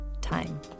time